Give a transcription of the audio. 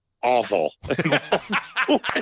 awful